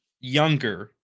younger